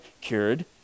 cured